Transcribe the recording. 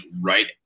right